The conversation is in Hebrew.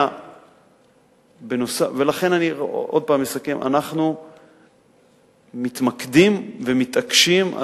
אני מסכם: אנחנו מתמקדים ומתעקשים על